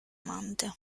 amante